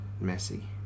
messy